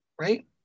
right